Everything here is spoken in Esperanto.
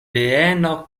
vieno